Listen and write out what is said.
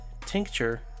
tincture